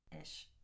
Ish